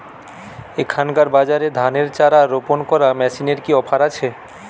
এখনকার বাজারে ধানের চারা রোপন করা মেশিনের কি অফার আছে?